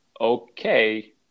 okay